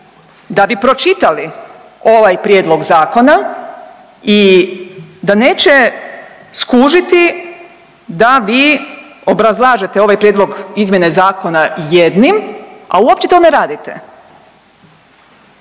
da bi pročitali ovaj prijedlog zakona i da neće skužiti da vi obrazlažete ovaj prijedlog izmjene zakona jednim, a uopće to ne radite.